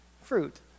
fruit